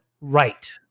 right